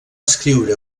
escriure